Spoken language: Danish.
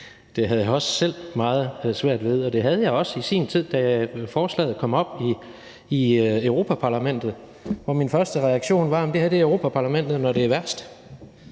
at jeg også selv havde meget svært ved. Det havde jeg også i sin tid, da forslaget kom op i Europa-Parlamentet, hvor min første reaktion var: Det her er Europa-Parlamentet, når det er værst.